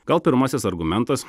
gal pirmasis argumentas